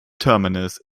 terminus